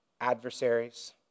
adversaries